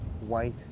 white